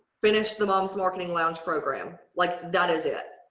finish the mom's marketing lounge program like that is it.